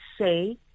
say